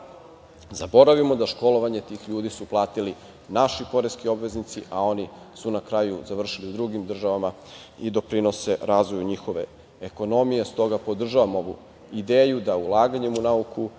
zaboravimo da školovanje tih ljudi su platili naši poreski obveznici, a oni su na kraju završili u drugim državama i doprinose razvoju njihove ekonomije. Stoga, podržavam ovu ideju da ulaganjem u nauku